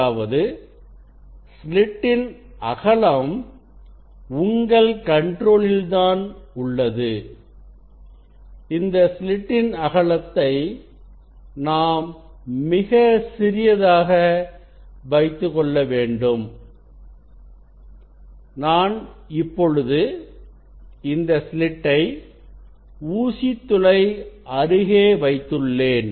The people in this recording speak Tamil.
அதாவது ஸ்லிட்டின் அகலம் உங்கள் கண்ட்ரோலில் தான் உள்ளது இந்த ஸ்லிட்டின் அகலத்தை நாம் மிக சிறியதாக வைத்துக்கொள்ளவேண்டும் நான் இப்பொழுது இந்த ஸ்லிட்டை ஊசித்துளை அருகே வைத்துள்ளேன்